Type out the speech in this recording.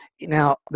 Now